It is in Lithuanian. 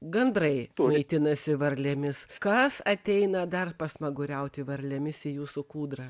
gandrai maitinasi varlėmis kas ateina dar pasmaguriauti varlėmis į jūsų kūdrą